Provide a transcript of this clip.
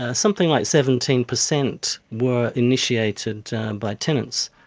ah something like seventeen percent were initiated by tenants.